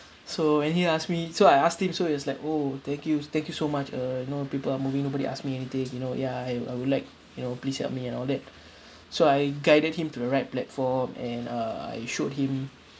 so when he ask me so I asked him so he was like oh thank you thank you so much uh you know people are moving nobody asked me anything you know ya I I would like you know please help me and all that so I guided him to the right platform and uh I showed him